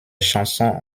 chansons